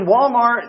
Walmart